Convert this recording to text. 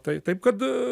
tai taip kad